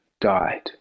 died